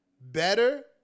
better